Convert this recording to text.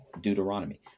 Deuteronomy